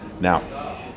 Now